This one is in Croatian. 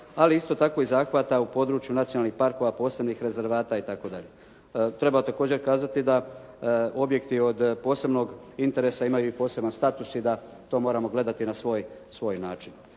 ali isto tako i zahvata u području nacionalnih parkova, posebnih rezervata i tako dalje. Treba također kazati da objekti od posebnog interesa imaju i poseban status i da to moramo gledati na svoj način.